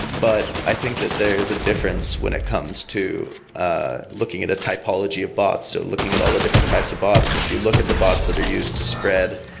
but i think that there's a difference when it comes to ah looking at a typology of bots, or looking at all the different types of bots. and if you look at the bots that are used to spread,